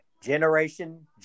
Generation